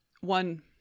one